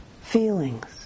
feelings